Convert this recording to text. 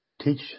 teach